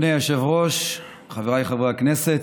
אדוני היושב-ראש, חבריי חברי הכנסת,